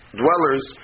dwellers